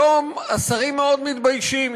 היום השרים מאוד מתביישים.